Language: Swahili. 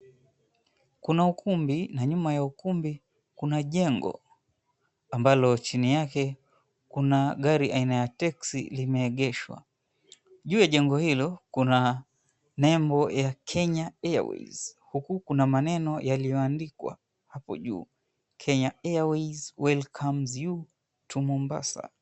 Kuna ukumbi na nyuma ya ukumbi kuna jengo ambalo chini yake kuna gari aina ya teksi limeegeshwa. Juu ya jengo hilo kuna nembo ya Kenya Airways huku kuna maneno yalioandikwa hapo juu, "Kenya Airways Welcomes you to Mombasa."